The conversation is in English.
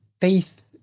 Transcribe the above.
Faith